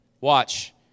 Watch